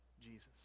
Jesus